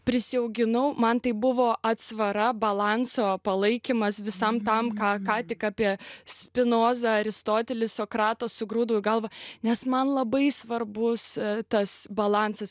prisiauginau man tai buvo atsvara balanso palaikymas visam tam ką ką tik apie spinozą aristotelį sokratą sugrūdau į galvą nes man labai svarbus tas balansas